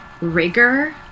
rigor